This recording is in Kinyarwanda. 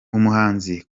umuhanzi